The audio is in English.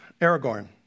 Aragorn